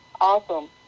awesome